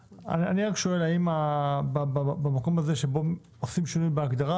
האם במקום הזה שבו עושים שינוי בהגדרה,